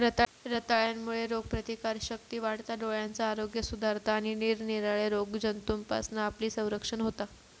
रताळ्यांमुळे रोगप्रतिकारशक्ती वाढता, डोळ्यांचा आरोग्य सुधारता आणि निरनिराळ्या रोगजंतूंपासना आपला संरक्षण होता